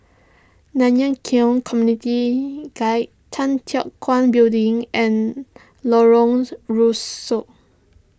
Nanyang Khek Community Guild Tan Teck Guan Building and Lorong Rusuk